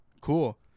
Cool